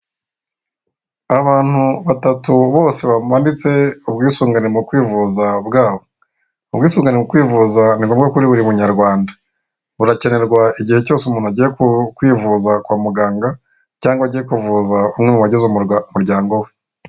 Abantu batatu bose bamanitse ubwisugane mu kwivuza bwabo ubwisungane mu kwivuza ni ngombwa kuri buri munyarwanda burakenerwa igihe cyose umuntu agiye kwivuza kwa muganga cyangwa agiye kuvuza umwe mu bagize umuryango we .